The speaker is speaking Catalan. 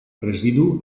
residu